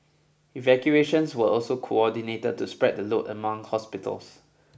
evacuations were also coordinated to spread the load among hospitals